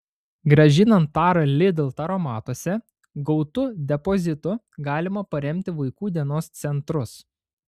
grąžinant tarą lidl taromatuose gautu depozitu galima paremti vaikų dienos centrus